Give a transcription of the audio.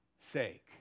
sake